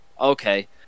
okay